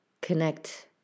connect